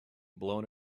blown